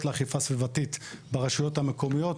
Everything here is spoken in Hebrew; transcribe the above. לאכיפה סביבתית ברשויות המקומיות.